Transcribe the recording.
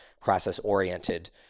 process-oriented